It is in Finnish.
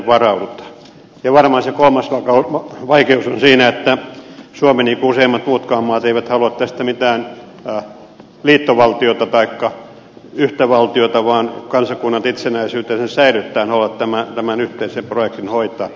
ja varmaan se kolmas vaikeus on siinä että suomi niin kuin useimmat muutkaan maat ei halua tästä mitään liittovaltiota taikka yhtä valtiota vaan kansakunnat itsenäisyytensä säilyttäen haluavat tämän yhteisen projektin hoitaa